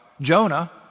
Jonah